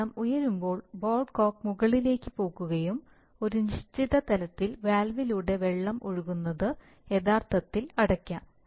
വെള്ളം ഉയരുമ്പോൾ ball cock മുകളിലേക്ക് പോകുകയും ഒരു നിശ്ചിത തലത്തിൽ വാൽവിലൂടെ വെള്ളം ഒഴുകുന്നത് യഥാർത്ഥത്തിൽ അടയ്ക്കും